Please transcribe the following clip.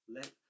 Let